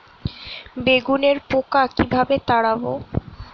বেগুনের পোকা কিভাবে তাড়াব?